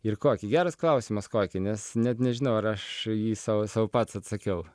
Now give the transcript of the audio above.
ir kokį geras klausimas kokį nes net nežinau ar aš jį sau sau pats atsakiau